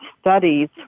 studies